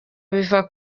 biva